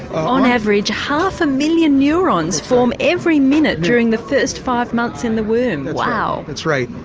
on average half a million neurons form every minute during the first five months in the womb wow. that's right,